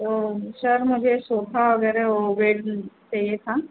तो सर मुझे सोफा वगैरह वह बेड चाहिए था